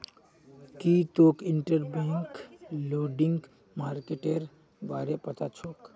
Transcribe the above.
की तोक interbank lending मार्केटेर बारे पता छोक